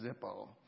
Zippo